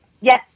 Yes